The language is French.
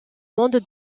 monde